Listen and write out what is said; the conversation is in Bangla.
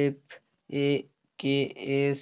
এফ.এ.কে.এস